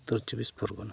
ᱩᱛᱛᱚᱨ Chabbis ᱯᱚᱨᱜᱚᱱᱟ